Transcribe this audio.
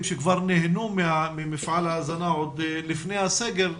שכבר נהנו ממפעל ההזנה עוד לפני הסגר,